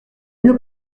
mieux